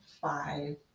five